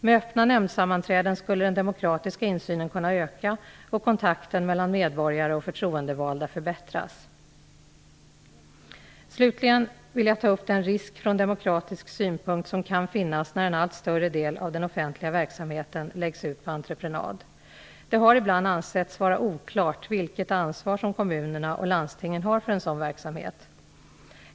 Med öppna nämndsammanträden skulle den demokratiska insynen kunna öka och kontakten mellan medborgare och förtroendevalda förbättras. Slutligen vill jag ta upp den risk från demokratisk synpunkt som kan finnas när en allt större del av den offentliga verksamheten läggs ut på entreprenad. Det har ibland ansetts vara oklart vilket ansvar som kommunerna och landstingen har för en sådan verksamhet.